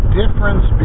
difference